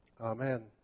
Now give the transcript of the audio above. Amen